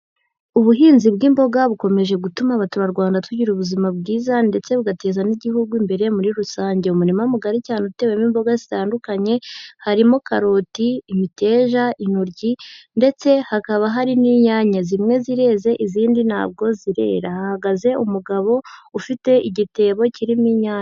Ubuhinzi bw'imboga bukomeje gutuma abaturarwanda tugira ubuzima bwiza ndetse bugateza n'igihugu imbere muri rusange, umurima mugari cyane utewemo imboga zitandukanye harimo karoti, imiteja, intoryi ndetse hakaba hari n'inyanya zimwe zireze izindi ntabwo zirera, hahagaze umugabo ufite igitebo kirimo inyanya.